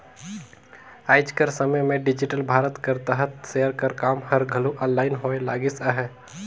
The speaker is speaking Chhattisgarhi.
आएज कर समे में डिजिटल भारत कर तहत सेयर कर काम हर घलो आनलाईन होए लगिस अहे